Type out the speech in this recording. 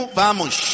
vamos